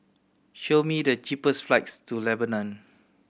show me the cheapest flights to Lebanon